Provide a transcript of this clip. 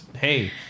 Hey